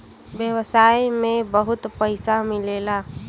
व्यवसाय में बहुत पइसा मिलेला